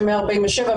147,